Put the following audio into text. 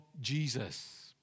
Jesus